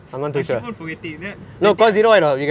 I keep on forgetting then that day I